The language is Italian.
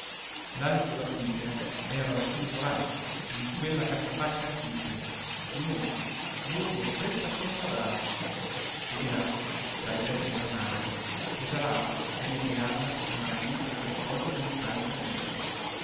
l'alito della famiglia era racchiuso là in quella cassapanca antica di noce lunga e stretta come una bara e di là dalle vesti della mamma esalava a inebriarla amaramente coi ricordi dell'infanzia felice